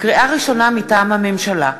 לקריאה ראשונה, מטעם הממשלה: